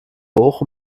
hoch